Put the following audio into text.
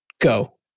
Go